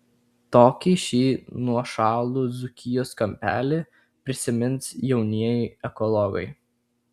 tokį šį nuošalų dzūkijos kampelį prisimins jaunieji ekologai